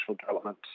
development